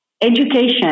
education